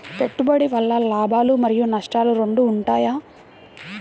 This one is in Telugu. పెట్టుబడి వల్ల లాభాలు మరియు నష్టాలు రెండు ఉంటాయా?